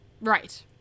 right